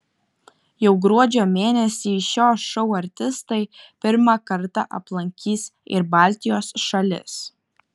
jau gruodžio mėnesį šio šou artistai pirmą kartą aplankys ir baltijos šalis